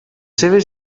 seves